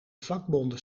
vakbonden